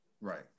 right